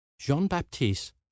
Jean-Baptiste